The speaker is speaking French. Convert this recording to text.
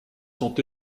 sont